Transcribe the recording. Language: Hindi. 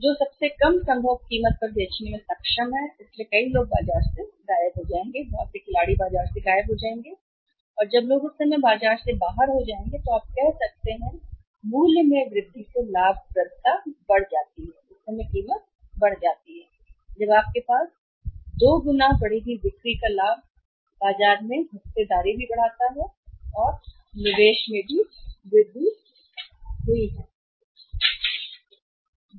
जो सबसे कम संभव कीमत पर बेचने में सक्षम है इसलिए कई लोग बाजार से गायब हो जाएंगे खिलाड़ी बाजार से गायब हो जाएंगे और जब लोग उस समय बाजार से बाहर हो जाएंगे तो आप कर सकते हैं मूल्य में वृद्धि से लाभप्रदता बढ़ जाती है उस समय कीमत बढ़ जाती है जब आपके पास दोगुना हो बढ़ी हुई बिक्री का लाभ बाजार में हिस्सेदारी भी बढ़ाता है और निवेश में भी वृद्धि हुई है